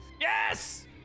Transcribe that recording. Yes